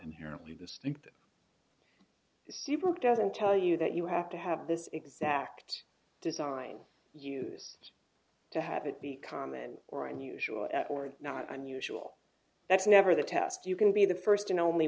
inherently distinctive seabrooke doesn't tell you that you have to have this exact design used to have it be common or unusual or not unusual that's never the test you can be the first and only